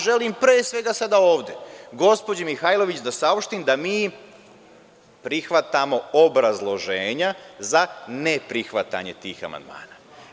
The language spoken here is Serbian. Želim pre svega sada ovde gospođi Mihajlović da saopštim da mi prihvatamo obrazloženja za neprihvatanje tih amandmana.